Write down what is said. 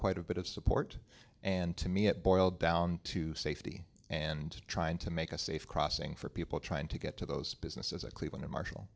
quite a bit of support and to me it boiled down to safety and trying to make a safe crossing for people trying to get to those businesses a clevelander marshal